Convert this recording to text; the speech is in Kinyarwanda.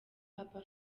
papa